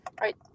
right